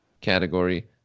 category